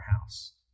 house